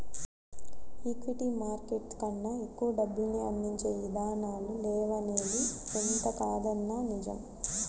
equity market కన్నా ఎక్కువ డబ్బుల్ని అందించే ఇదానాలు లేవనిది ఎంతకాదన్నా నిజం